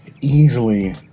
Easily